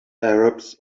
arabs